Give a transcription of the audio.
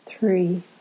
three